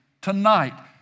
tonight